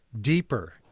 deeper